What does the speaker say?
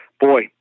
boy